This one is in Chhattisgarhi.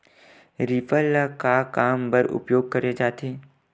रीपर ल का काम बर उपयोग करे जाथे?